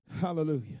hallelujah